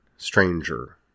stranger